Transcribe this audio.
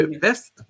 best